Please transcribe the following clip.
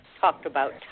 talked-about